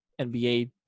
NBA